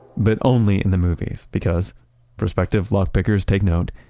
but only in the movies, because prospective lock pickers take note,